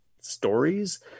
stories